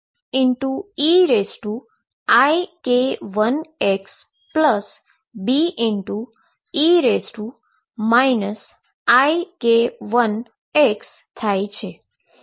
x0 માટે D e αx અથવા x0 થાય છે